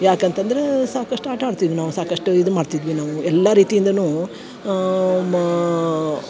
ಯಾಕಂತಂದ್ರಾ ಸಾಕಷ್ಟು ಆಟ ಆಡ್ತಿದ್ವ ನಾವು ಸಾಕಷ್ಟು ಇದು ಮಾಡ್ತಿದ್ವಿ ನಾವು ಎಲ್ಲ ರೀತಿಯಿಂದನೂ ಮಾ